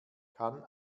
kann